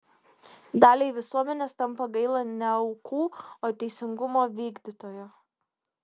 daliai visuomenės tampa gaila ne aukų o teisingumo vykdytojo